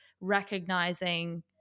recognizing